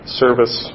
service